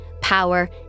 power